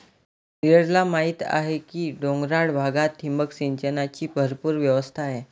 नीरजला माहीत आहे की डोंगराळ भागात ठिबक सिंचनाची भरपूर व्यवस्था आहे